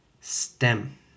STEM